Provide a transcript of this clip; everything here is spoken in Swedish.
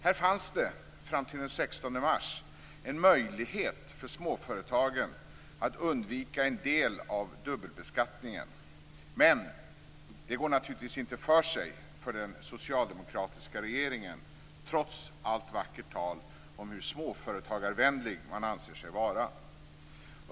Här fanns det fram till den 16 mars en möjlighet för småföretagen att undvika en del av dubbelbeskattningen. Men det går naturligtvis inte för sig för den socialdemokratiska regeringen, trots allt vackert tal om hur småföretagarvänlig man anser sig vara.